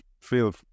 feel